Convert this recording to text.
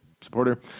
supporter